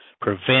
prevent